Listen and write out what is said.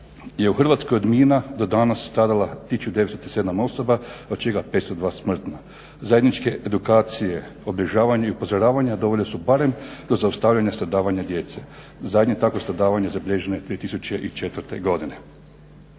u Hrvatskoj od mina do danas stradala 1937 osoba od čega 502 smrtna. Zajedničke edukacije obilježavanja i upozoravanja dovoljne su barem do zaustavljanja stradavanja djece. Zadnje takvo stradavanje zabilježeno je 2004. godine.